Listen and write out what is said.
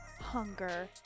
hunger